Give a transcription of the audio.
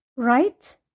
Right